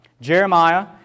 Jeremiah